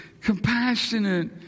compassionate